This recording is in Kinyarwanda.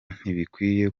ntibikwiye